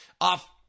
off